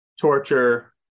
torture